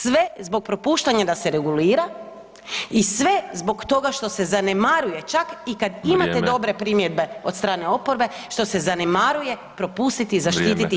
Sve zbog propuštanja da se regulira i sve zbog toga što se zanemaruje, čak i kad imate [[Upadica: Vrijeme.]] dobre primjedbe od strane oporbe, što se zanemaruje propustiti zaštititi